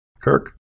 Kirk